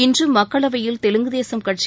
இன்று மக்களவையில் தெலுங்கு தேசம் கட்சி